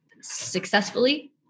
successfully